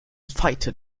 fighter